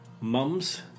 mums